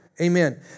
Amen